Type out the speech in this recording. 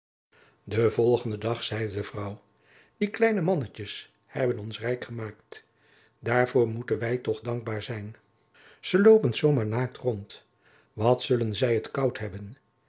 den volgenden dag zeide de vrouw die kleine mannetjes hebben ons rijk gemaakt daarvoor moeten wij toch dankbaar zijn ze loopen zoo maar naakt rond wat zullen zij het koud hebben